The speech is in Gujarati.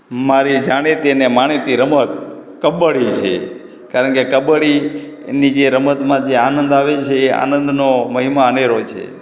મારી જાણીતી અને માનીતી રમત કબડ્ડી છે કારણ કે કબડ્ડી એની જે રમતમાં જે આનંદ આવે છે એ આનંદનો મહિમા અનેરો છે